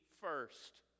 first